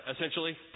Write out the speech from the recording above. essentially